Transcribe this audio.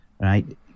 right